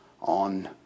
on